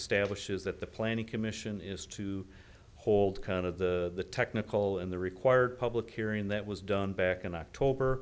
establishes that the planning commission is to hold kind of the technical in the required public hearing that was done back in october